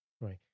Right